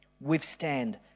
withstand